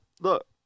look